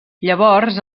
llavors